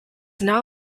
now